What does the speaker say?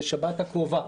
זו השבת הקרובה.